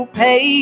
pay